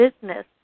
business